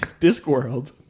Discworld